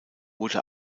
wurde